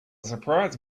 surprise